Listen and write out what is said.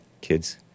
kids